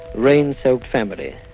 rain-soaked family.